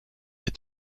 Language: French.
est